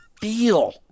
feel